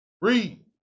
Read